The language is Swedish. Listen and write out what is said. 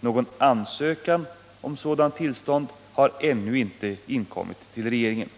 Någon ansökan om sådant tillstånd har ännu ej inkommit till regeringen.